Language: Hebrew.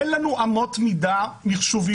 אין לנו אמות מידה מחשוביות.